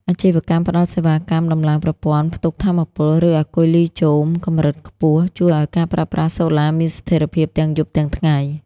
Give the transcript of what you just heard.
អាជីវកម្មផ្ដល់សេវាកម្មដំឡើងប្រព័ន្ធផ្ទុកថាមពល ឬអាគុយលីចូមកម្រិតខ្ពស់ ជួយឱ្យការប្រើប្រាស់សូឡាមានស្ថិរភាពទាំងយប់ទាំងថ្ងៃ។